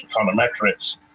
econometrics